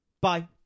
Bye